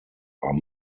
are